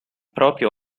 proprio